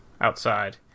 outside